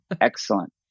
Excellent